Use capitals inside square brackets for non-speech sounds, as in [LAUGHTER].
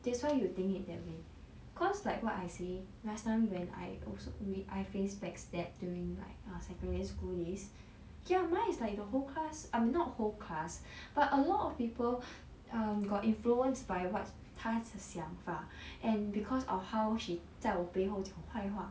that's why you think it that way cause like what I say last time when I also when I face backstab during like err secondary school days ya mine is like the whole class I mean not whole class but a lot of people [BREATH] um got influenced by what 她想法 and because of how she 在我背后讲坏话